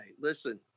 listen